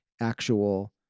actual